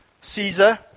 Caesar